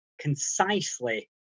concisely